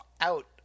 out